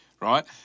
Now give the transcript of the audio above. right